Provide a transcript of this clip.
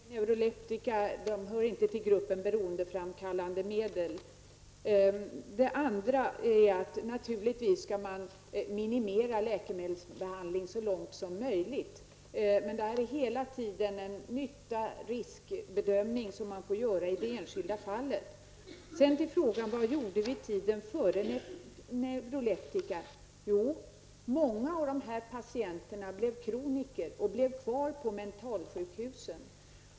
Fru talman! Neuroleptika tillhör inte gruppen beroendeframkallande medel. Naturligtvis skall man så långt möjligt minimera läkemedelsbehandling. Men man får i det enskilda fallet hela tiden göra en nytta-risk-bedömning. Vad gjorde vi tiden före neuroleptika? Jo, många av dessa patienter blev kroniker och blev kvar på mentalsjukhusen.